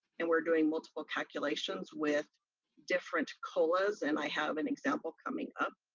and we're doing multiple calculations with different colas and i have an example coming up.